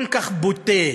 כל כך בוטה,